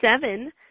seven